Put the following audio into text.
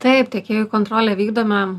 taip tiekėjų kontrolę vykdome